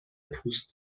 پوست